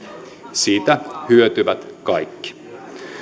siitä hyötyvät kaikki